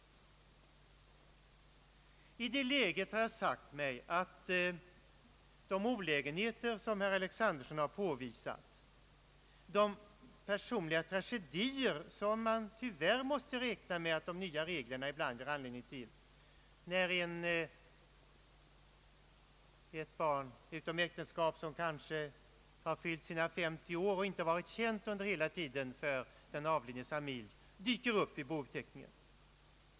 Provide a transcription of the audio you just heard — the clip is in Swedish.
I det läget har jag sagt mig att det tyvärr finns anledning att räkna med sådana olägenheter som herr Alexanderson påvisar. Personliga tragedier kan uppstå, när ett barn utom äktenskap, som inte varit känt för den avlidnes familj, dyker upp vid bouppteckningen.